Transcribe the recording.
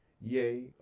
Yea